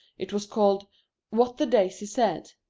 it was called what the daisy said.